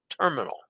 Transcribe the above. Terminal